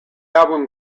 album